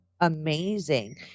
amazing